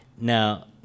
Now